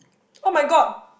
[oh]-my-god